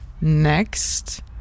next